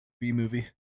B-movie